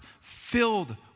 filled